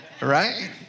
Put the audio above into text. right